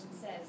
says